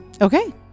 Okay